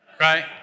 right